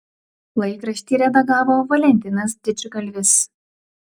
laikraštį redagavo valentinas didžgalvis